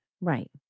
right